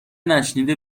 نشنیده